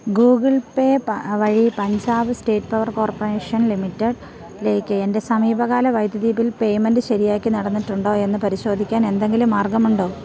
Google Pay വഴി Punjab state power corporation ലിമിറ്റഡ്ലേക്ക് എൻ്റെ സമീപകാല വൈദ്യുതി ബിൽ പേയ്മെൻറ്റ് ശരിയാക്കി നടന്നിട്ടുണ്ടോ എന്ന് പരിശോധിക്കാൻ എന്തെങ്കിലും മാർഗമുണ്ടോ